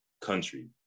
country